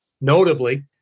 Notably